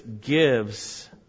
gives